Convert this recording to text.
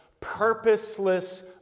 purposeless